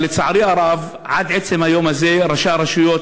אבל לצערי הרב עד עצם היום הזה ראשי הרשויות